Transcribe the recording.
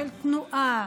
של תנועה.